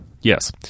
Yes